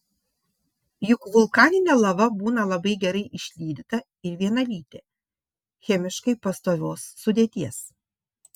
juk vulkaninė lava būna labai gerai išlydyta ir vienalytė chemiškai pastovios sudėties